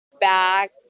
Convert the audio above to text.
back